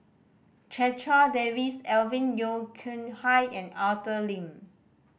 Checha Davies Alvin Yeo Khirn Hai and Arthur Lim